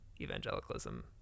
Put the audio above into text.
evangelicalism